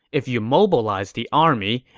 if you mobilize the army,